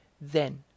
Then